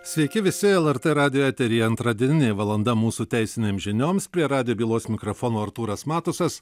sveiki visi lrt radijo eteryje antradieninė valanda mūsų teisinėms žinioms prie radijo bylos mikrofono artūras matusas